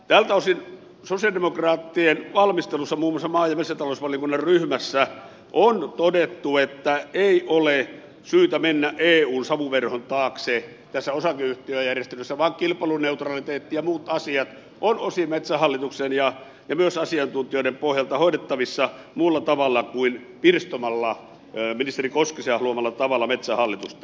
tältä osin sosialidemokraattien valmistelussa muun muassa maa ja metsätalousvaliokunnan ryhmässä on todettu että ei ole syytä mennä eun savuverhon taakse tässä osakeyhtiöjärjestelyssä vaan kilpailuneutraliteetti ja muut asiat ovat osin metsähallituksen ja myös asiantuntijoiden pohjalta hoidettavissa muulla tavalla kuin pirstomalla ministeri koskisen haluamalla tavalla metsähallitusta